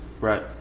Right